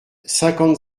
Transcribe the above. cinquante